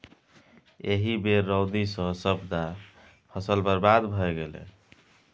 एहि बेर रौदी सँ सभटा फसल बरबाद भए गेलै